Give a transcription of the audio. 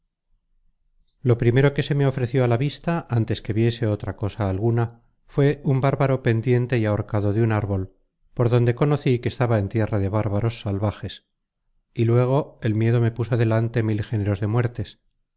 lo primero que se me ofreció a la vista antes que viese otra cosa alguna fué un bárbaro pendiente y ahorcado de un árbol por donde conocí que estaba en tierra de bárbaros salvajes y luego el miedo me puso delante mil géneros de muertes